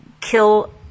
kill